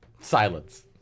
Silence